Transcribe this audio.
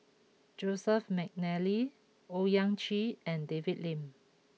Joseph McNally Owyang Chi and David Lim